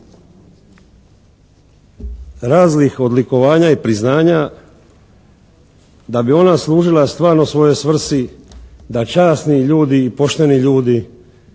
raznih odlikovanja i priznanja da bi ona služila stvarno svojoj svrsi da časni ljudi i pošteni ljudi